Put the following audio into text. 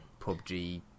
PUBG